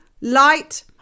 light